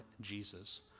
Jesus